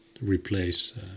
replace